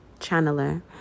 channeler